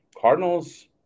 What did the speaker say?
Cardinals